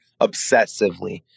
obsessively